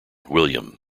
william